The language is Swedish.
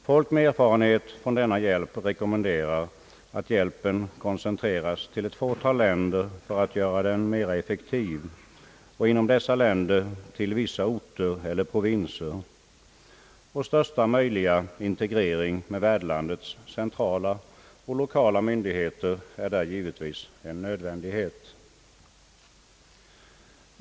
Folk med erfarenhet från denna hjälp rekommenderar att hjälpen koncentreras till ett fåtal länder för att göra den mera effektiv och inom dessa länder till vissa orter eller provinser. törsta möjliga integrering med värdlandets centrala och lokala myndigheter är naturligtvis en nödvändighet.